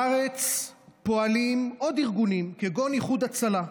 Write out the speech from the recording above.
בארץ פועלים עוד ארגונים, כגון איחוד הצלה,